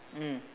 mmhmm